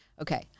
Okay